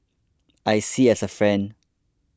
I see as a friend